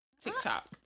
TikTok